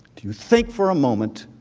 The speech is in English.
do you think for a moment